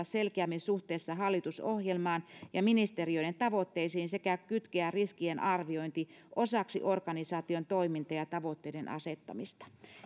selkeämmin suhteessa hallitusohjelmaan ja ministeriöiden tavoitteisiin sekä kytkeä riskien arviointi osaksi organisaation toiminta ja tavoitteiden asettamista